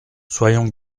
soyons